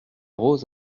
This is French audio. rose